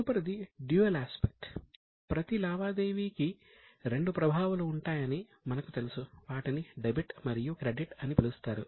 తదుపరిది dual aspects అని పిలుస్తారు